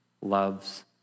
loves